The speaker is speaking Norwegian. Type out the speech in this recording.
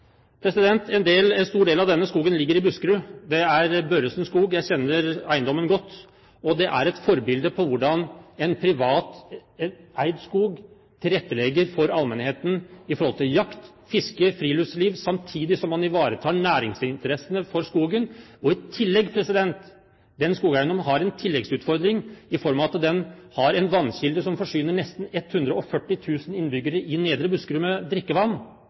En stor del av denne skogen ligger i Buskerud. Det er Børresen skog. Jeg kjenner eiendommen godt, og det er forbilde på hvordan en privat eid skog tilrettelegger for allmennheten med jakt, fiske, friluftsliv, samtidig som man ivaretar næringsinteressene for skogen. I tillegg har den skogeiendommen en tilleggsutfordring i form av at den har en vannkilde som forsyner nesten 140 000 innbyggere i Nedre Buskerud med drikkevann.